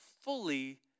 fully